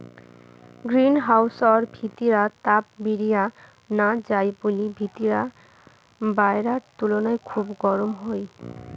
green হাউসর ভিতিরা তাপ বিরিয়া না যাই বুলি ভিতিরা বায়রার তুলুনায় খুব গরম হই